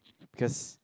cause